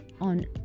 on